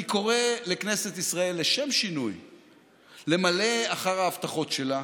אני קורא לכנסת ישראל למלא אחר ההבטחות שלה,